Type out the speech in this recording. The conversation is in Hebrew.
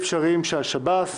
הליכי מס (הוראת שעה נגיף הקורונה החדש),